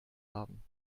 haben